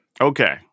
okay